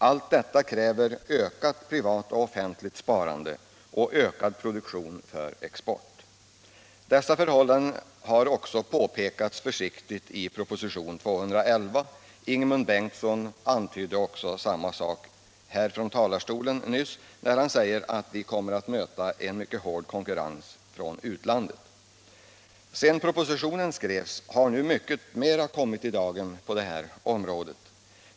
Allt detta kräver ökat privat och offentligt sparande och höjd produktion för export. Dessa förhållanden har också försiktigt påpekats i propositionen 211. Ingemund Bengtsson antydde samma sak från talarstolen nyss, när han sade att vi kommer att möta en hård konkurrens från utlandet. Sedan propositionen skrevs har nu mycket mer kommit i dagen på detta område.